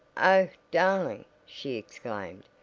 oh, darling! she exclaimed,